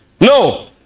No